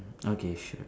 okay sure